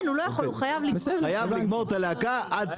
חייב לגמור את הלהקה עד סופה.